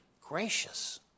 Gracious